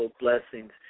blessings